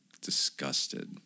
disgusted